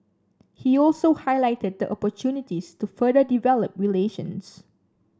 he also highlighted the opportunities to further develop relations